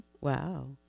Wow